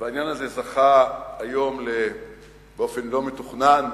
והעניין הזה זכה היום באופן לא מתוכנן